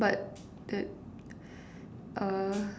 but that uh